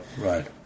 Right